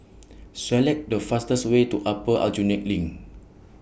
Select The fastest Way to Upper Aljunied LINK